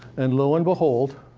and lo and behold,